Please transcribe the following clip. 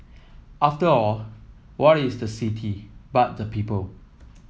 after all what is the city but the people